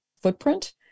footprint